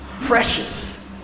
precious